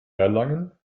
erlangen